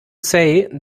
say